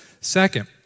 Second